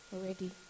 already